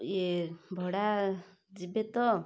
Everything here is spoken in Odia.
ଇଏ ଭଡ଼ା ଯିବେ ତ